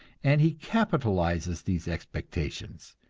and he capitalizes these expectations.